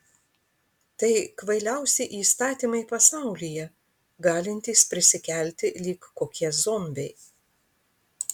tai kvailiausi įstatymai pasaulyje galintys prisikelti lyg kokie zombiai